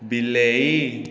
ବିଲେଇ